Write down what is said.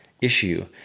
issue